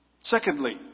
Secondly